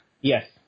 yes